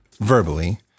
verbally